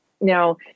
Now